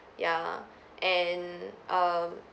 yeah and um